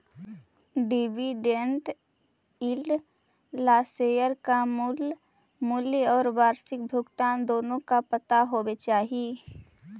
dividend yield ला share का मूल मूल्य और वार्षिक भुगतान दोनों का पता होवे चाही